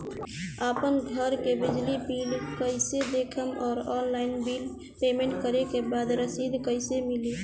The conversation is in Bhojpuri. आपन घर के बिजली बिल कईसे देखम् और ऑनलाइन बिल पेमेंट करे के बाद रसीद कईसे मिली?